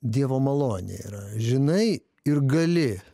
dievo malonė yra žinai ir gali